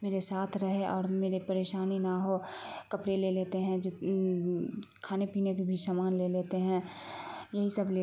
میرے ساتھ رہے اور میرے پریشانی نہ ہو کپڑے لے لیتے ہیں کھانے پینے کے بھی سامان لے لیتے ہیں یہی سب لے